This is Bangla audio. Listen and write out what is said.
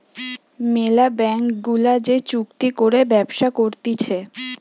ম্যালা ব্যাঙ্ক গুলা যে চুক্তি করে ব্যবসা করতিছে